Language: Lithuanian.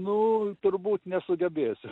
nu turbūt nesugebėsiu